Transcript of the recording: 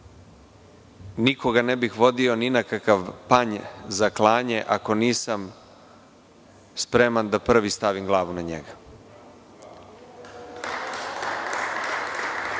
nikoga ne bih vodio ni na kakav panj za klanje ako nisam spreman da prvi stavim glavu na njega. Mislim